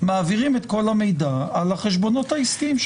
מעבירים את כל המידע על החשבונות העסקיים.